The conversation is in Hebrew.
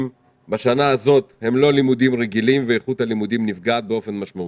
בשנה הזו הם לא רגילים ואיכות הלימודים נפגעת באופן משמעותי.